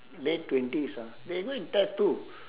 late twenties ah they go and tattoo